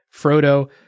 Frodo